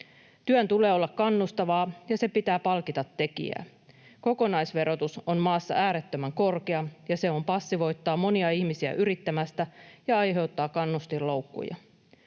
Työn tulee olla kannustavaa, ja sen pitää palkita tekijää. Kokonaisverotus on maassa äärettömän korkea, ja se passivoittaa monia ihmisiä yrittämästä ja aiheuttaa kannustinloukkuja.